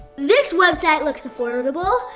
this website looks affordable.